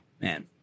man